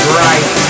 right